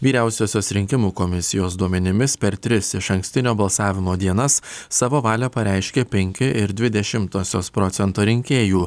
vyriausiosios rinkimų komisijos duomenimis per tris išankstinio balsavimo dienas savo valią pareiškė penki ir dvi dešimtosios procento rinkėjų